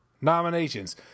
nominations